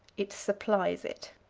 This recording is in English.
it supplies it.